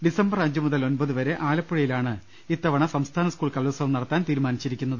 December അഞ്ചു മുതൽ ഒമ്പതു വരെ ആലപ്പുഴയിലാണ് ഇത്തവണ സംസ്ഥാന സ്കൂൾ കലോത്സവം നടത്താൻ തീരുമാ നിച്ചിരിക്കുന്നത്